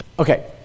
Okay